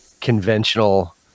conventional